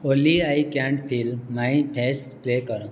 Oli I can't feel my face play କର